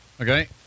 Okay